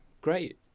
great